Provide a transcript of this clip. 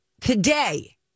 today